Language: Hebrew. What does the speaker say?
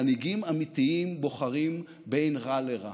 מנהיגים אמיתיים בוחרים בין רע לרע.